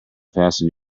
fasten